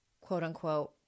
quote-unquote